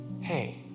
Hey